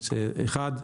אחד,